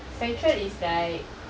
central is like